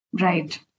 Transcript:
Right